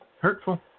Hurtful